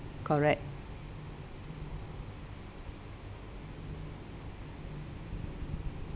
correct